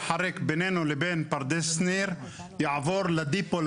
הריק בינינו לבין פרדס שניר יעבור לדיפו,